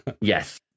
yes